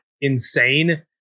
insane